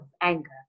anger